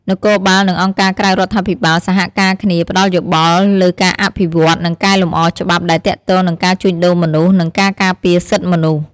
នគរបាល និងអង្គការក្រៅរដ្ឋាភិបាលសហការគ្នាផ្ដល់យោបល់លើការអភិវឌ្ឍ និងកែលម្អច្បាប់ដែលទាក់ទងនឹងការជួញដូរមនុស្ស និងការការពារសិទ្ធិមនុស្ស។